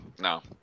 no